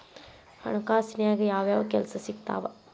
ಹಣಕಾಸಿನ್ಯಾಗ ಯಾವ್ಯಾವ್ ಕೆಲ್ಸ ಸಿಕ್ತಾವ